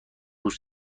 روز